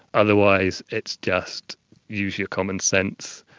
otherwise it's just use your common-sense.